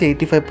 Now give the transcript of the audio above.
85%